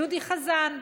ג'ודי חזן,